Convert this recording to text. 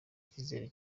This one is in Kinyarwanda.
icyizere